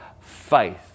faith